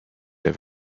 have